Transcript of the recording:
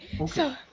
Okay